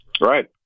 Right